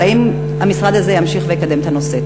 אבל האם המשרד הזה ימשיך ויקדם את הנושא?